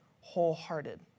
wholehearted